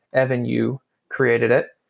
evan you created it.